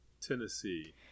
Tennessee